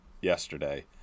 yesterday